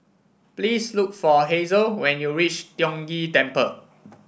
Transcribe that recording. please look for Hazle when you reach Tiong Ghee Temple